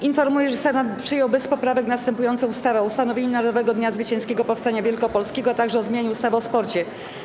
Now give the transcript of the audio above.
Informuję, że Senat przyjął bez poprawek następujące ustawy: o ustanowieniu Narodowego Dnia Zwycięskiego Powstania Wielkopolskiego, o zmianie ustawy o sporcie.